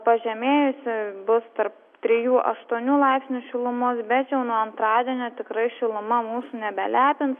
pažemėjusi bus tarp trijų aštuonių laipsnių šilumos bet jau nuo antradienio tikrai šiluma mūsų nebelepins